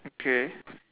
okay